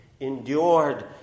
endured